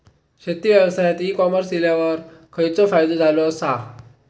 शेती व्यवसायात e commerce इल्यावर खयचो फायदो झालो आसा?